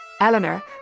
Eleanor